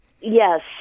Yes